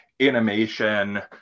animation